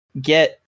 get